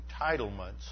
entitlements